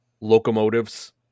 locomotives